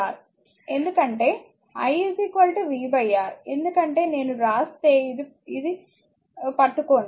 ఎందుకంటే i v R ఎందుకంటే నేను వ్రాస్తే ఇది పట్టుకోండి